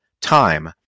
TIME